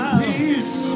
peace